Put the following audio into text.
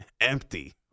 Empty